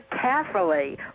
carefully